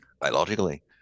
biologically